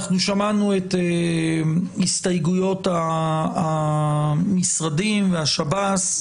אנחנו שמענו את הסתייגויות המשרדים והשב"ס,